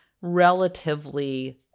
relatively